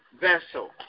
vessel